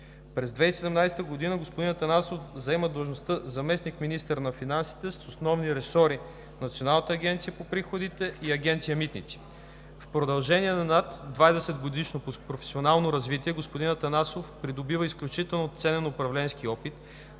През 2017 г. господин Атанасов заема длъжността заместник-министър на финансите с основни ресори: Националната агенция по приходите и Агенция „Митници“. В продължение на над 20 годишното си професионално развитие господин Атанасов придобива изключително ценен управленски опит,